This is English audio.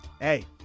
Hey